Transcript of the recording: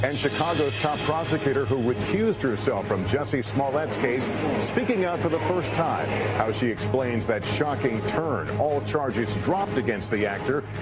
and chicago's top prosecutor who recused herself from jussie smollett's case speaking out for the first time. how she explains that shocking turn, all charges dropped against the actor,